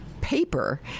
paper